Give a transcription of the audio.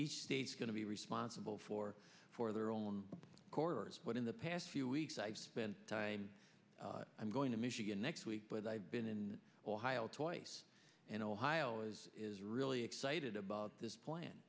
each state's going to be responsible for for their own course but in the past few weeks i've spent time i'm going to michigan next week but i've been in ohio twice and ohio is is really excited about this plan